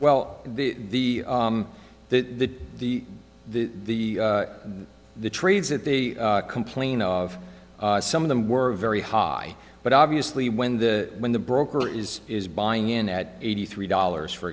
well the the the the the trades that they complain of some of them were very high but obviously when the when the broker is is buying in at eighty three dollars for